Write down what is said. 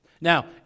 Now